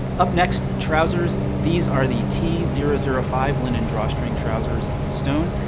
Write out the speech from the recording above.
up next, trousers. these are the t zero zero five linen drawstring trousers in stone.